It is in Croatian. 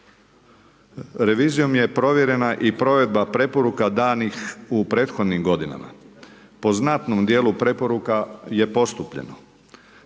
Revizijom je provedena i provedba preporuka danih u prethodnih godina, po znatnom dijelu preporuka je postupljeno,